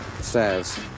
says